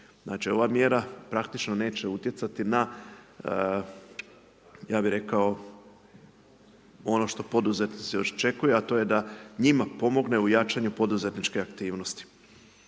Znači ova mjera praktično neće utjecati na ja bi rekao ono što poduzetnici očekuju a to je da njima pomogne u jačanju poduzetničke aktivnosti.